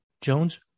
Jones